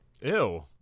Ew